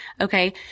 Okay